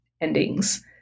endings